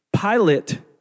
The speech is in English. Pilate